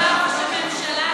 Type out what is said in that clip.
בנט, ראש הממשלה שלך.